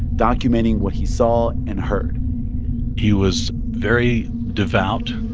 documenting what he saw and heard he was very devout,